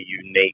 unique